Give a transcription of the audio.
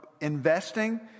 investing